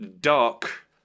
dark